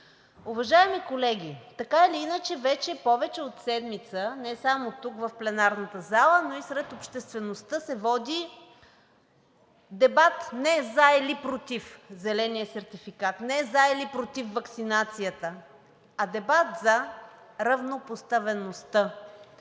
Уважаеми колеги, така или иначе вече повече от седмица – не само тук в пленарната зала, но и сред обществеността се води дебат не за или против зелен сертификат, не за или против ваксинацията, а дебат за равнопоставеността